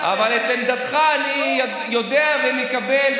אבל את עמדתך אני יודע ומקבל,